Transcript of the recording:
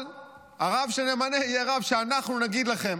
אבל הרב שנמנה יהיה רב שאנחנו נגיד לכם.